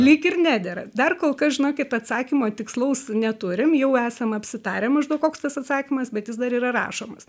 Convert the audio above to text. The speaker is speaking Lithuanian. lyg ir nedera dar kol kas žinokit atsakymo tikslaus neturim jau esam apsitarę maždaug koks tas atsakymas bet jis dar yra rašomas